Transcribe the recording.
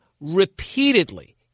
repeatedly